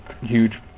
huge